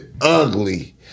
ugly